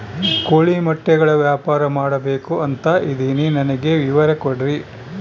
ಕೋಳಿ ಮೊಟ್ಟೆಗಳ ವ್ಯಾಪಾರ ಮಾಡ್ಬೇಕು ಅಂತ ಇದಿನಿ ನನಗೆ ವಿವರ ಕೊಡ್ರಿ?